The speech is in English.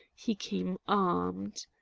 he came armed.